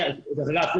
דרך אגב,